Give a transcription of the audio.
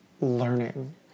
learning